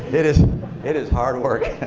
it is it is hard work.